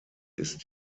ist